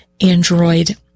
Android